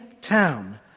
town